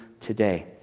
today